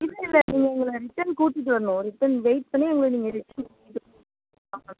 இல்லை இல்லை நீங்கள் எங்களை ரிட்டன் கூட்டிட்டு வரணும் ரிட்டன் வெயிட் பண்ணி எங்களை நீங்கள் ரிட்டன்